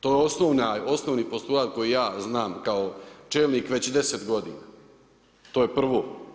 To je osnovni postulat koji ja znam kao čelnik već deset godina, to je prvo.